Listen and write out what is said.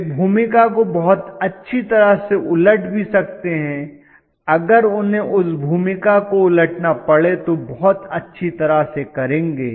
वे भूमिका को बहुत अच्छी तरह से उलट भी सकते हैं अगर उन्हें उस भूमिका को उलटना पड़े तो बहुत अच्छी तरह से करेंगे